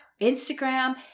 Instagram